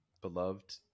beloved